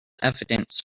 evidence